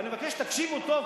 ואני מבקש שתקשיבו טוב,